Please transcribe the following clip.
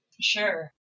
Sure